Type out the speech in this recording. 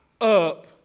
up